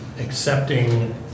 accepting